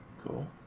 Cool